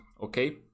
okay